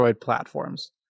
platforms